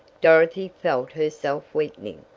dorothy felt herself weakening.